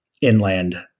inland